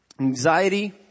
Anxiety